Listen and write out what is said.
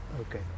Okay